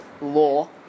law